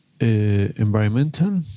environmental